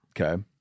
Okay